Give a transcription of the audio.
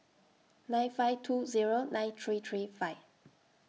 nine five two Zero nine three three five